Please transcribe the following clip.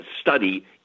study